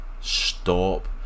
Stop